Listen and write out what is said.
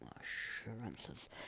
assurances